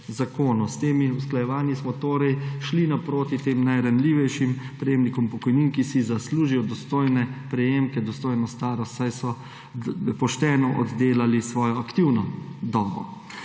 S temi usklajevanji smo torej šli naproti tem najranljivejšim prejemnikom pokojnin, ki si zaslužijo dostojne prejemke, dostojno starost, saj so pošteno oddelali svojo aktivno dobo.